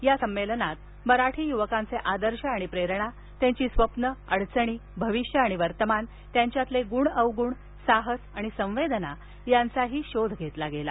या संमेलनात मराठी युवकांचे आदर्श आणि प्रेरणा त्यांची स्वप्न आणि अडचणी त्यांचे भविष्य आणि वर्तमान त्यांचातील गुण अवगुण त्यांचे साहस आणि संवेदना यांचा शोध घेतला गेला